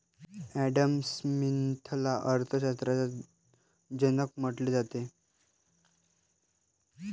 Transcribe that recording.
Adam स्मिथला अर्थ शास्त्राचा जनक म्हटले जाते